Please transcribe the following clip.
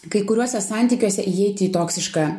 kai kuriuose santykiuose įeiti į toksišką